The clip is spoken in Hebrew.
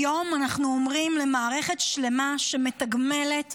היום אנחנו אומרים למערכת שלמה שמתגמלת,